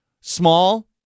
small